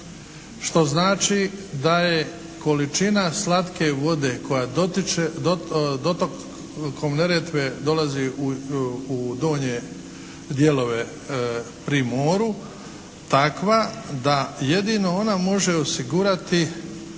što znači da je količina slatke vode koja dotokom Neretve dolazi u donje dijelove pri moru takva da jedino ona može osigurati,